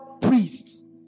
priests